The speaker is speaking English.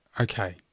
Okay